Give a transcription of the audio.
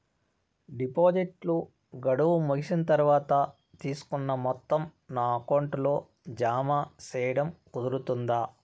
డిపాజిట్లు గడువు ముగిసిన తర్వాత, తీసుకున్న మొత్తం నా అకౌంట్ లో జామ సేయడం కుదురుతుందా?